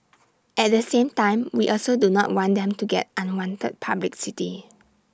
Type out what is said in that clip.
at the same time we also do not want them to get unwanted publicity